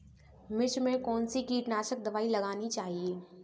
मिर्च में कौन सी कीटनाशक दबाई लगानी चाहिए?